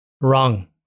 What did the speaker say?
Wrong